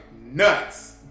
nuts